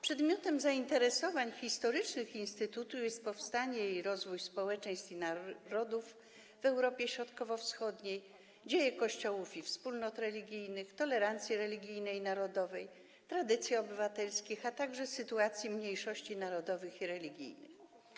Przedmiotem zainteresowań historycznych instytutu jest powstanie i rozwój społeczeństw i narodów w Europie Środkowo-Wschodniej, dzieje Kościołów i wspólnot religijnych, tolerancji religijnej i narodowej, tradycji obywatelskich, a także sytuacji mniejszości narodowych i religijnych.